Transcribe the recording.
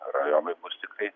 rajonui bus tikrai